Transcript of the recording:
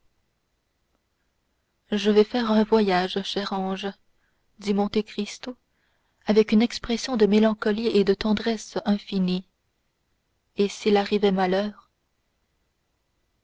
je vais faire un voyage cher ange dit monte cristo avec une expression de mélancolie et de tendresse infinies et s'il m'arrivait malheur